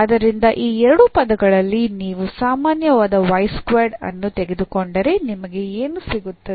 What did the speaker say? ಆದ್ದರಿಂದ ಈ ಎರಡು ಪದಗಳಲ್ಲಿ ನೀವು ಸಾಮಾನ್ಯವಾದ ವನ್ನು ತೆಗೆದುಕೊಂಡರೆ ನಿಮಗೆ ಏನು ಸಿಗುತ್ತದೆ